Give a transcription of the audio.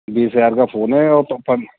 بیس ہزار کا فون ہے اور تو پن